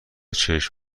چشم